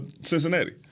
Cincinnati